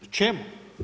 Čemu?